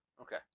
Okay